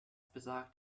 besagt